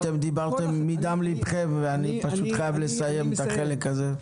אתם דיברתם מדם לבכם אבל אני חייב לסיים את החלק הזה.